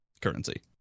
currency